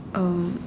um